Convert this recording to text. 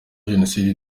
jenoside